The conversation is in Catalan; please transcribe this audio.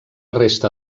resta